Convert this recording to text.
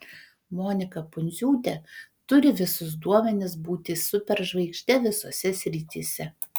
monika pundziūtė turi visus duomenis būti superžvaigžde visose srityse